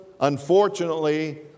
unfortunately